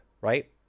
right